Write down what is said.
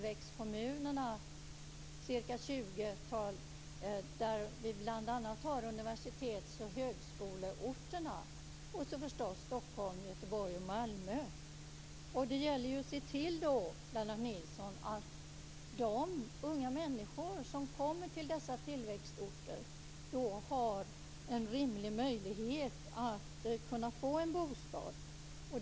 Vi har ca 20 tillväxtkommuner, bl.a. universitets och högskoleorterna och, förstås, Stockholm, Göteborg och Malmö. Det gäller ju att se till, Lennart Nilsson, att de unga människor som kommer till dessa tillväxtorter har en rimlig möjlighet att få en bostad.